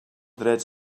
drets